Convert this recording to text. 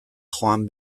joan